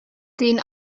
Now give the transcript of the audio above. den